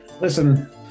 Listen